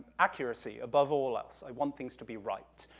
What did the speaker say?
accuracy, above all else, i want things to be right.